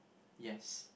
yes